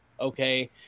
okay